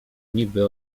niby